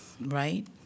right